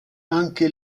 anche